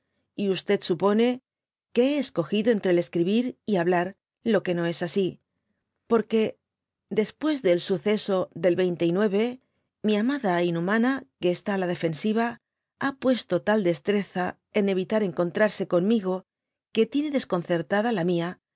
y supone que he escogido entre el escribir y hablar lo que no es así porque después del suceso del veinte y nueve mi amada inhumana que está á la defensiva ha puesto tal destreza en evitar encon trarse conmigo que tiene desconcertada la mia